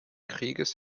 krieges